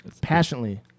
Passionately